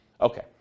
Okay